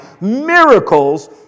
miracles